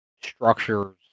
structures